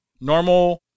normal